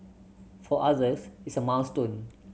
for others it's a milestone